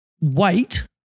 wait